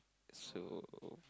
so